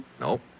No